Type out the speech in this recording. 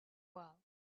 well